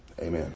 Amen